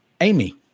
amy